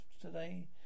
today